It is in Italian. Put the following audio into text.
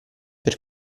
per